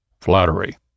flattery